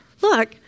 Look